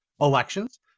elections